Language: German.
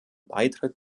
beitritt